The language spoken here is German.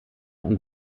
und